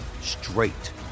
straight